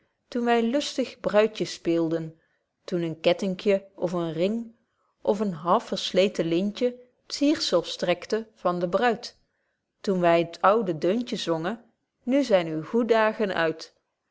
toen wy lustig bruidje speelden toen een kettingje of een ring of een halfversleten lintje t siersel strekte van de bruid toen wy t oude deuntje zongen nu zyn uw goê dagen uit